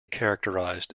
characterised